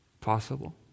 possible